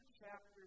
chapter